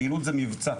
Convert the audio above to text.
פעילות זה מבצע.